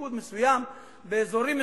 בניקוד מסוים באזורים מסוימים,